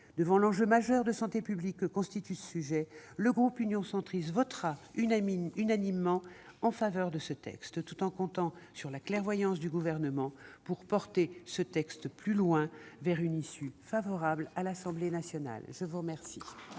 Devant l'enjeu majeur de santé publique que constitue ce sujet, le groupe Union Centriste votera unanimement en faveur de ce texte, tout en comptant sur la clairvoyance du Gouvernement pour porter ce texte plus loin vers une issue favorable à l'Assemblée nationale. La parole